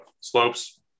slopes